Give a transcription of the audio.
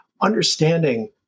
understanding